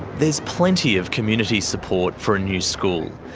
there's plenty of community support for a new school.